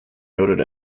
noted